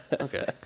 Okay